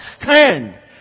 stand